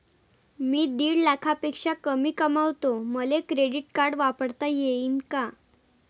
मी दीड लाखापेक्षा कमी कमवतो, मले क्रेडिट कार्ड वापरता येईन का?